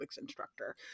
instructor